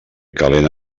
calent